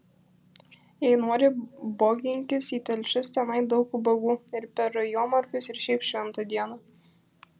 jei nori boginkis į telšius tenai daug ubagų ir per jomarkus ir šiaip šventą dieną